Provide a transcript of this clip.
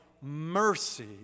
mercy